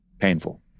painful